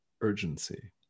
urgency